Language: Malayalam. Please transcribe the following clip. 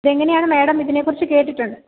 ഇതെങ്ങനെയാണ് മേഡം ഇതിനെക്കുറിച്ച് കേട്ടിട്ടുണ്ട്